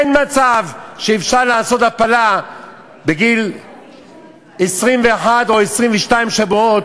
אין מצב שאפשר לעשות הפלה ב-21 או 22 שבועות.